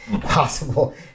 possible